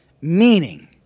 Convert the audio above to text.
Meaning